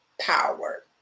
power